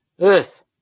Earth